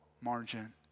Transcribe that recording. margin